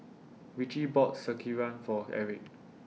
Ritchie bought Sekihan For Eric